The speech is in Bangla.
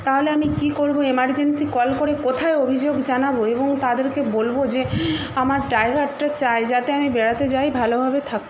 তাহলে আমি কী করবো এমারজেন্সি কল করে কোথায় অভিযোগ জানাব এবং তাদেরকে বলব যে আমার ড্রাইভারটা চাই যাতে আমি বেড়াতে যাই ভালোভাবে থাকতে